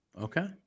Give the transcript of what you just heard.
okay